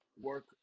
work